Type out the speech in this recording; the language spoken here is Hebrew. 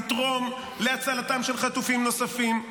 לתרום להצלתם של חטופים נוספים,